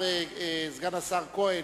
סגן השר כהן,